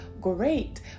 great